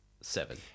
seven